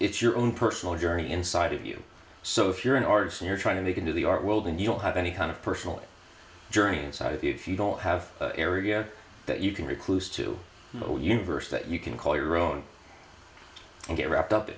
it's your own personal journey inside of you so if you're in arjun you're trying to break into the art world and you don't have any kind of personal journey inside if you don't have area that you can recluse to the universe that you can call your own and get wrapped up